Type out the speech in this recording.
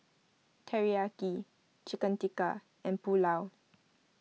Teriyaki Chicken Tikka and Pulao